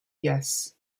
yes